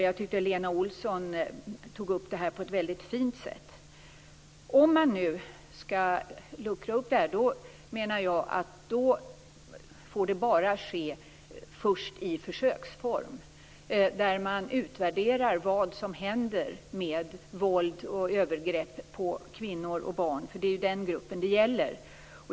Jag tyckte att Lena Olsson tog upp detta på ett väldigt fint sätt. Om man nu skall luckra upp det här menar jag att det bara får ske i försöksform först, och man måste utvärdera vad som händer med våld och övergrepp på kvinnor och barn, för det är dessa grupper det gäller.